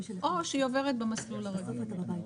או שהיא עוברת במסלול הרגיל.